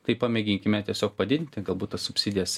tai pamėginkime tiesiog padidinti galbūt tas subsidijas